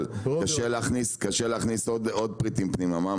אבל קשה להכניס עוד פריטים פנימה.